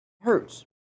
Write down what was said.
hurts